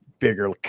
bigger